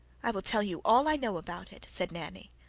i will tell you all i know about it, said nanny.